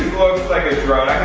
like a drone.